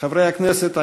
חברי הכנסת,